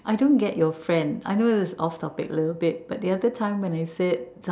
I don't get your friend I know this is off topic a little bit but the other time I said